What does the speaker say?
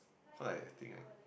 cause I think I